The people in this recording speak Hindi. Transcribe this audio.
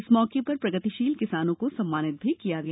इस मौके पर प्रगतिशील किसानों को सम्मानित भी किया गया